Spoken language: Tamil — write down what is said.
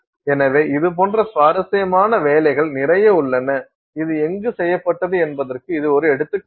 எனவே இது போன்ற சுவாரஸ்யமான வேலைகள் நிறைய உள்ளன இது எங்கு செய்யப்பட்டது என்பதற்கு இது ஒரு எடுத்துக்காட்டு